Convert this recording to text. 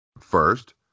First